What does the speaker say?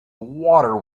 water